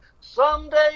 someday